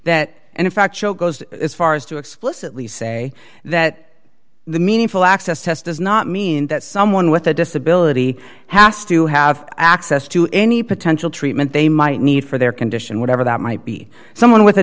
that and in fact show goes as far as to explicitly say that the meaningful access test does not mean that someone with a disability has to have access to any potential treatment they might need for their condition whatever that might be someone with a